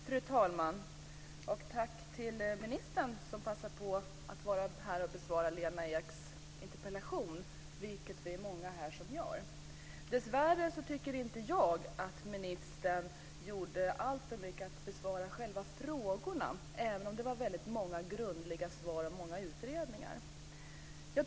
Fru talman! Tack för ordet! Jag tackar också ministern som passar på att vara här för att besvara Lena Eks interpellation. Vi är många ju här som gör det. Dessvärre tycker inte jag att ministern gjorde alltför mycket för att besvara själva frågorna, även om det var många grundliga svar och många utredningar nämndes.